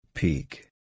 Peak